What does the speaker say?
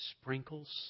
sprinkles